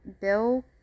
Bill